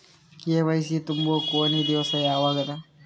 KYC ತುಂಬೊ ಕೊನಿ ದಿವಸ ಯಾವಗದ?